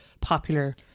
popular